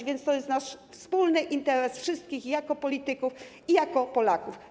A więc to jest nasz wspólny interes, wszystkich, jako polityków i jako Polaków.